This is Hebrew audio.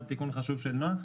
תיקון חשוב של נעה,